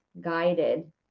guided